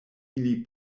ili